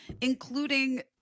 including